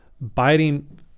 biting